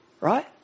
Right